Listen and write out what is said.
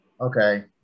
Okay